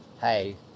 hey